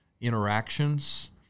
interactions